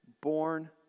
born